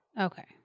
Okay